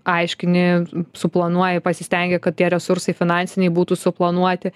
aiškini suplanuoji pasistengi kad tie resursai finansiniai būtų suplanuoti